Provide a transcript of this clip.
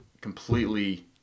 completely